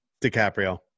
DiCaprio